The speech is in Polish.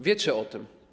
Wiecie o tym.